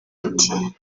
ati